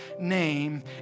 name